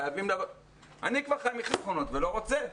אני כבר חי מחסכונות ולא רוצה.